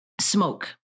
smoke